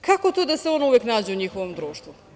Kako to da se on uvek nađe u njihovom društvu?